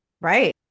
right